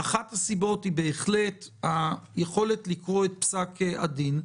אחת הסיבות היא בהחלט היכולת לקרוא את פסק הדין.